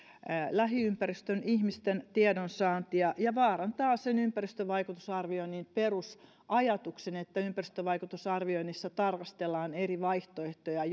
lähiympäristön ihmisten tiedonsaantia ja vaarantaa sen ympäristövaikutusarvioinnin perusajatuksen että ympäristövaikutusarvioinnissa tarkastellaan eri vaihtoehtoja